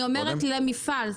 אני אומרת למפעל,